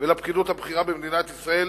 ולפקידות הבכירה במדינת ישראל